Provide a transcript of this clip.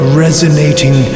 resonating